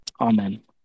Amen